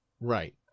Right